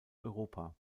europa